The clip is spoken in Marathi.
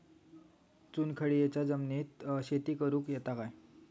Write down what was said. चुनखडीयेच्या जमिनीत शेती करुक येता काय?